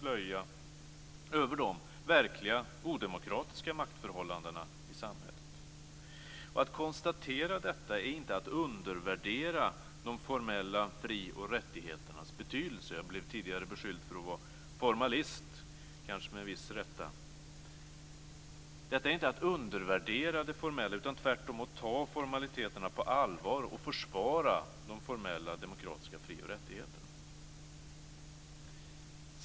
Att konstatera detta är inte att undervärdera de formella fri och rättigheternas betydelse. Jag blev tidigare beskylld för att vara formalist, kanske med viss rätt. Detta är inte att undervärdera formaliteterna utan tvärtom att ta dem på allvar och försvara de demokratiska fri och rättigheterna.